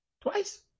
twice